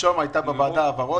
--- שלשום היה בוועדה העברות,